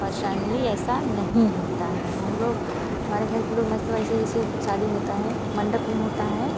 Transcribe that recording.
personally ऐसा नहीं होता है हम लोग हमारे घर के लोग मस्त ऐसे वैसे शादी होता है मंडप में होता है